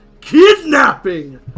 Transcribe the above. Kidnapping